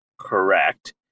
correct